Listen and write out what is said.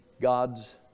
God's